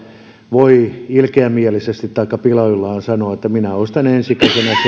voi ilkeämielisesti taikka piloillaan sanoa että minä ostan ensi